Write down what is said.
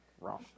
wrong